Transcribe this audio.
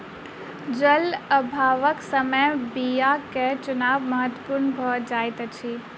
जल अभावक समय बीयाक चुनाव महत्पूर्ण भ जाइत अछि